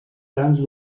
grans